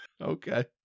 Okay